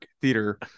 theater